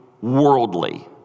worldly